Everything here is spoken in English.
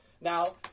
Now